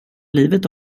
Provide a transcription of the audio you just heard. livet